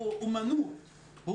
היא אמנות,